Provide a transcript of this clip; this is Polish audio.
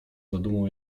zadumą